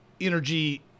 energy